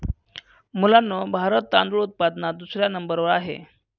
मुलांनो भारत तांदूळ उत्पादनात दुसऱ्या नंबर वर आहे